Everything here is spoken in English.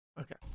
Okay